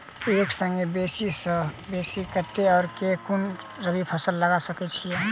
एक संगे बेसी सऽ बेसी कतेक आ केँ कुन रबी फसल लगा सकै छियैक?